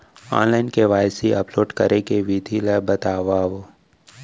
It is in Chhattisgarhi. ऑनलाइन के.वाई.सी अपलोड करे के विधि ला बतावव?